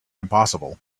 impossible